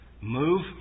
move